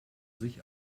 sich